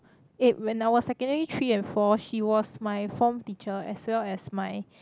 eh when I was secondary-three and four she was my form teacher as well as my